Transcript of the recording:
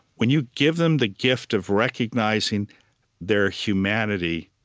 when you give them the gift of recognizing their humanity,